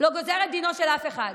ולא גוזרת את דינו של אף אחד.